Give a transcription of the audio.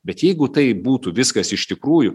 bet jeigu tai būtų viskas iš tikrųjų